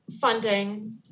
funding